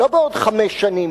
לא בעוד חמש שנים,